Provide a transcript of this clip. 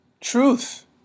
Truth